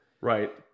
Right